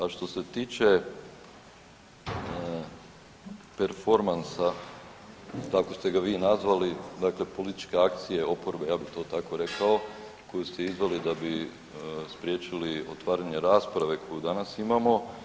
A što se tiče performansa kako ste ga vi nazvali, dakle političke akcije oporbe ja bih to tako rekao kojeg ste izveli da bi spriječili otvaranje rasprave koju danas imamo.